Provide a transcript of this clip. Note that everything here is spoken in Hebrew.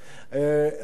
אני אסדר להם עבודה.